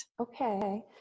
Okay